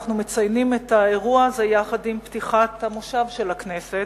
אנחנו מציינים את האירוע הזה יחד עם פתיחת הכנס של הכנסת,